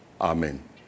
Amen